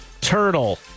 Turtle